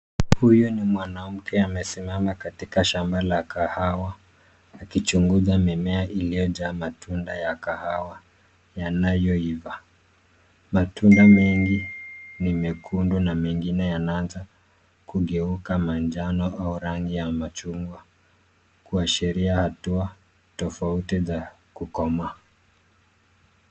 Huyu ni mwanamke amesimama katika shamba la kahawa akichunguza mimea iliyojaa matunda ya kahawa inayoiva. Matunda mengi ni mekundu na mengine yanaanza kugeuka manjano au rangi ya machungwa kuashiria hatua tofauti za kukomaa.